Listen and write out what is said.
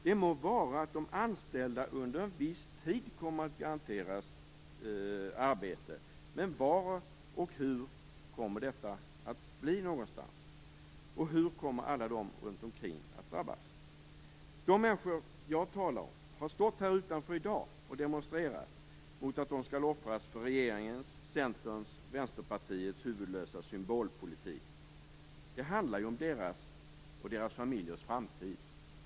Det må vara att de anställda under en viss tid kommer att garanteras arbete, men var och hur kommer detta att ske? Hur kommer alla runt omkring att drabbas? De människor jag talar om har stått här utanför i dag och demonstrerat mot att de skall offras för regeringens, Centerns och Vänsterpartiets huvudlösa symbolpolitik. Det handlar ju om deras och deras familjers framtid.